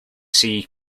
see